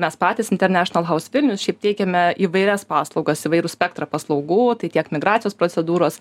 mes patys international house vilnius šiaip teikiame įvairias paslaugas įvairų spektrą paslaugų tai tiek migracijos procedūros